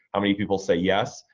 how many people say yes,